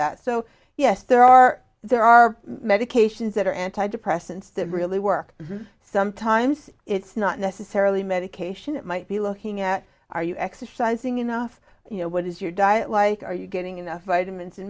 that so yes there are there are medications that are antidepressants that really work sometimes it's not necessarily medication it might be looking at are you exercising enough you know what is your diet like are you getting enough vitamins and